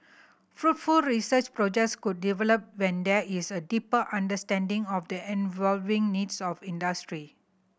fruitful research projects could develop when there is a deeper understanding of the evolving needs of industry